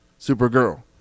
Supergirl